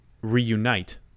reunite